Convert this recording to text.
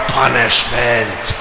punishment